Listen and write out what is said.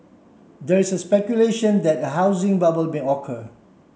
there is speculation that a housing bubble may occur